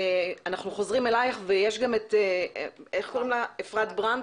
אנחנו חוזרים אלייך ויש גם את עו"ד אפרת ברנד,